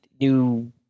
new